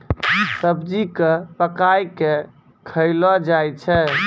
सब्जी क पकाय कॅ खयलो जाय छै